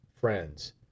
Friends